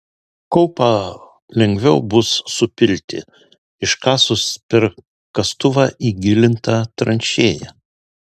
kaupą lengviau bus supilti iškasus per kastuvą įgilintą tranšėją